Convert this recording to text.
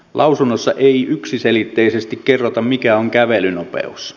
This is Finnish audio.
lausunnossa ei yksiselitteisesti kerrota mikä on kävelynopeus